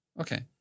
Okay